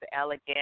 elegant